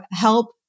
help